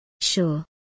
Sure